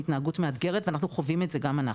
התנהגות מאתגרת ואנחנו חווים את זה גם אנחנו'.